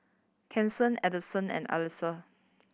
Kasen Addyson and Alesha